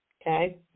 Okay